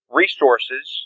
resources